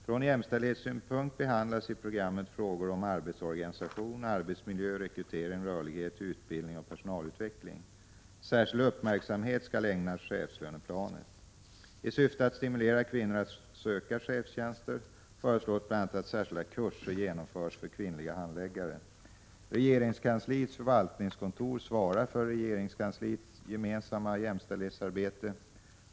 Från jämställdhetssynpunkt behandlas i programmet frågor om arbetsorganisation, arbetsmiljö, rekrytering, rörlighet, utbildning och personalutveckling. Särskild uppmärksamhet skall ägnas chefslöneplanet. I syfte att stimulera kvinnor att söka chefstjänster föreslås bl.a. att särskilda kurser genomförs för kvinnliga handläggare. Regeringskansliets förvaltningskontor svarar för regeringskansliets gemensamma jämställdhetsarbete.